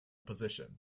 position